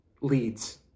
leads